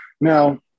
Now